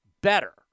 better